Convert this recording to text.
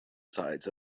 sides